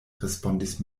respondis